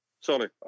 sorry